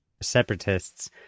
separatists